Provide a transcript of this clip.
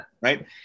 Right